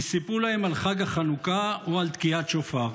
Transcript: כי סיפרו להם על חג החנוכה או על תקיעת שופר,